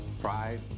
pride